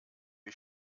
wie